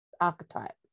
archetype